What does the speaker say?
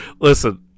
Listen